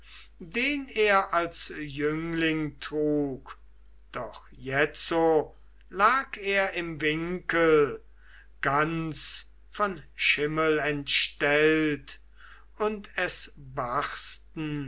den er als jüngling trug doch jetzo lag er im winkel ganz von schimmel entstellt und es barsten